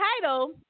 title